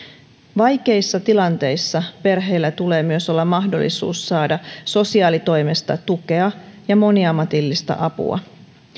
vaikeissa tilanteissa perheillä tulee myös olla mahdollisuus saada sosiaalitoimesta tukea ja moniammatillista apua